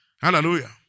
Hallelujah